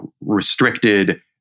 restricted